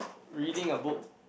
reading a book